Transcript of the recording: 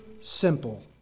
simple